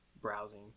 browsing